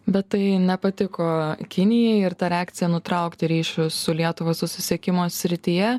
bet tai nepatiko kinijai ir ta reakcija nutraukti ryšius su lietuva susisiekimo srityje